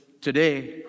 today